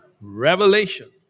revelation